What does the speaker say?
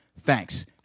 Thanks